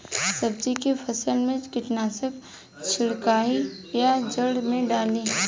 सब्जी के फसल मे कीटनाशक छिड़काई या जड़ मे डाली?